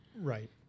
Right